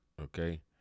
okay